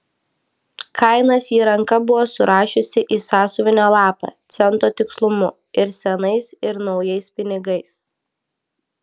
kainas ji ranka buvo surašiusi į sąsiuvinio lapą cento tikslumu ir senais ir naujais pinigais